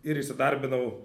ir įsidarbinau